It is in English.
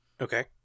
Okay